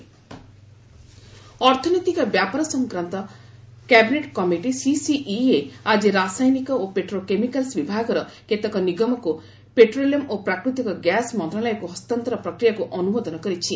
CCEA ଅର୍ଥନୈତିକ ବ୍ୟାପାର ସଂକ୍ରାନ୍ତ କ୍ୟାବିନେଟ୍ କମିଟି ସିସିଇଏ ଆଜି ରାସାୟନିକ ଓ ପେଟ୍ରୋକେମିକାଲସ୍ ବିଭାଗର କେତେକ ନିଗମକୁ ପେଟ୍ରୋଲିୟମ୍ ଓ ପ୍ରାକୃତିକ ଗ୍ୟାସ୍ ମନ୍ତ୍ରଣାଳୟକୁ ହସ୍ତାନ୍ତର ପ୍ରକ୍ରିୟାକୁ ଅନୁମୋଦନ କରିଛି